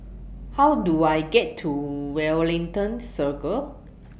How Do I get to Wellington Circle